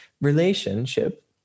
relationship